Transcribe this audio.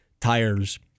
tires